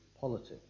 politics